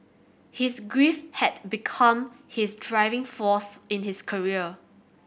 his grief had become his driving force in his career